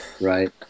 right